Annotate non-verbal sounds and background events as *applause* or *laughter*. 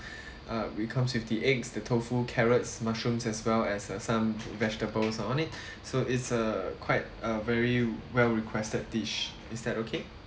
*breath* uh we come with the eggs the tofu carrots mushrooms as well as uh some vegetables on it *breath* so it's a quite a very well requested dish is that okay